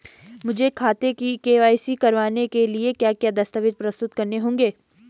मुझे खाते की के.वाई.सी करवाने के लिए क्या क्या दस्तावेज़ प्रस्तुत करने होंगे?